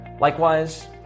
Likewise